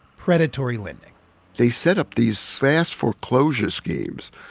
predatory lending they set up these fast foreclosure schemes,